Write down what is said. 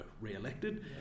re-elected